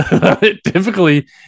Typically